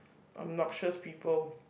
obnoxious people